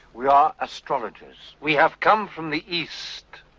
we are astrologers. we have come from the east.